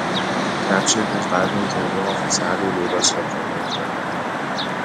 krepšininkas davė interviu oficialiai lygos svetainei internete